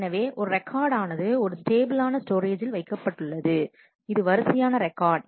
எனவே ஒரு ரெக்கார்ட் ஆனது ஒரு ஸ்டேபிள் ஆன ஸ்டோரேஜ்ஜில் வைக்கப்பட்டுள்ளது இது வரிசை ஆன ரெக்கார்டு